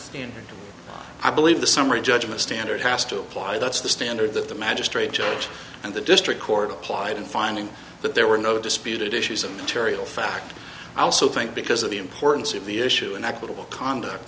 in i believe the summary judgment standard has to apply that's the standard that the magistrate judge and the district court applied in finding that there were no disputed issues of terril fact i also think because of the importance of the issue in equitable conduct